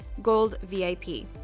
goldvip